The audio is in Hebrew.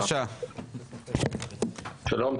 שלום.